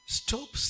Stop